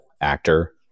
actor